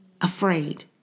afraid